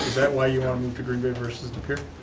that why you want to move to green bay versus de pere?